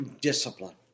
discipline